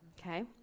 okay